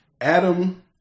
Adam